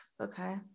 okay